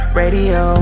radio